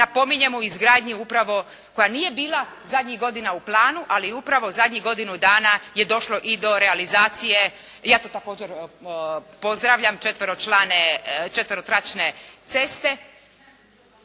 napominjemo izgradnju upravo koja nije bila zadnjih godina u planu, ali upravo zadnjih godinu dana je došlo i do realizacije, ja to također pozdravljam četverokračne ceste